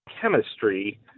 chemistry